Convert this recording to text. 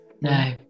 No